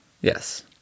Yes